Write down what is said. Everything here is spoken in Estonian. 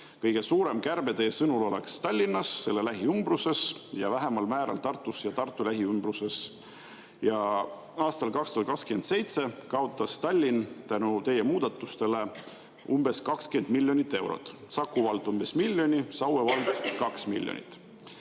Kõige suurem kärbe teie sõnul oleks Tallinnas, selle lähiümbruses ning vähemal määral Tartus ja Tartu lähiümbruses. Ja aastal 2027 kaotas Tallinn tänu teie muudatustele umbes 20 miljonit eurot, Saku vald umbes miljoni, Saue vald kaks miljonit.